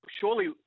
surely